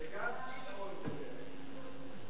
וגם גיל-און למרצ.